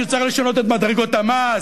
שצריך לשנות את מדרגות המס?